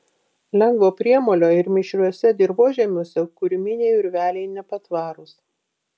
lengvo priemolio ir mišriuose dirvožemiuose kurminiai urveliai nepatvarūs